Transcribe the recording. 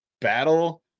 Battle